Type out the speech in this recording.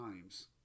times